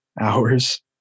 hours